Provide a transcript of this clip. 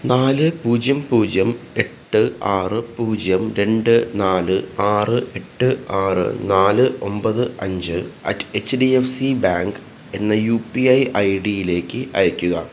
നാല് പൂജ്യം പൂജ്യം എട്ട് ആറ് പൂജ്യം രണ്ട് നാല് ആറ് എട്ട് ആറ് നാല് ഒമ്പത് അഞ്ച് at H D F C bank എന്ന U P I I D യിലേക്ക് അയയ്ക്കുക